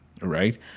right